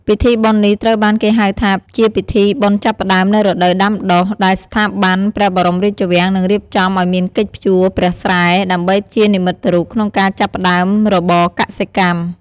ពិធីបុណ្យនេះត្រូវបានគេហៅថា ជាពិធីបុណ្យចាប់ផ្ដើមនូវរដូវដាំដុះ ដែលស្ថាប័នព្រះបរមរាជវាំងនឹងរៀបចំឱ្យមានកិច្ចភ្ជួរព្រះស្រែដើម្បីជានិមិត្តរូបក្នុងការចាប់ផ្ដើមរបរកសិកម្ម។